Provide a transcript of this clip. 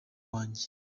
wanjye